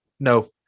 No